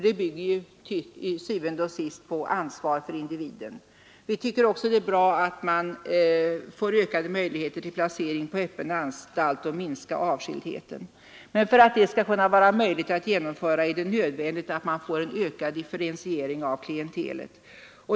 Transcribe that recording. De bygger til syvende og sidst på ansvar för individen. Vi tycker också det är bra att man får ökade möjlighéter till placering på öppen anstalt och minskad avskildhet. För att det skall vara möjligt att genomföra detta är det nödvändigt med en ökad differentiering av klientelet.